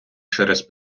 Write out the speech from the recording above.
через